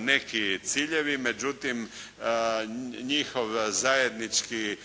neki ciljevi, međutim njihov zajednički